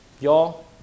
Y'all